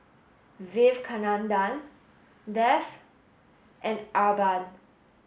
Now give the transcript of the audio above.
Vivekananda Dev and Arnab